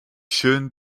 schön